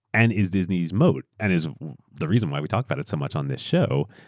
and is disneyaeurs moat, and is the reason why we talk about it so much on this show.